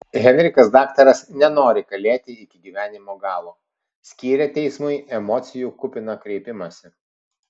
henrikas daktaras nenori kalėti iki gyvenimo galo skyrė teismui emocijų kupiną kreipimąsi